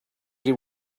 did